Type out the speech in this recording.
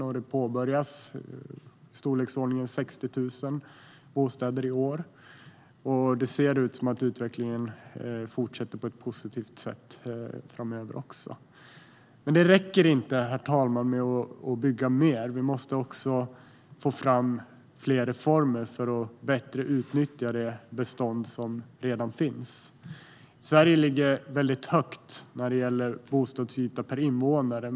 I år påbörjas 60 000 bostäder, och utvecklingen ser ut att fortsätta på ett positivt sätt också framöver. Herr talman! Det räcker dock inte med att bygga mer. Vi behöver också få fram fler reformer för att bättre utnyttja det bestånd som redan finns. Sverige ligger väldigt högt när det gäller bostadsyta per invånare.